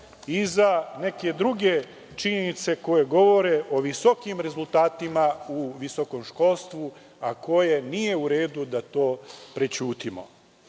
za neke druge činjenice koje govore o visokim rezultatima u visokom školstvu, a koje nije u redu da to